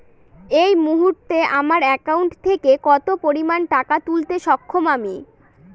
এই মুহূর্তে আমার একাউন্ট থেকে কত পরিমান টাকা তুলতে সক্ষম আমি?